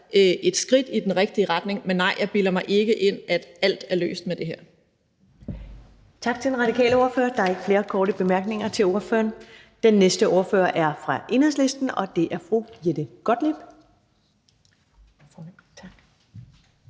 et skridt i den rigtige retning. Men nej, jeg bilder mig ikke ind, at alt er løst med det her.